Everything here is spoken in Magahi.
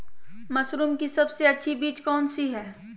मशरूम की सबसे अच्छी बीज कौन सी है?